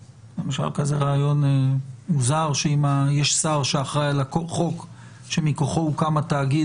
רעיון מוזר שאם השר אחראי על החוק מכוחו הוקם התאגיד,